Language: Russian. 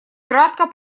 кратко